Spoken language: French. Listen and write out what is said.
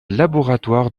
laboratoire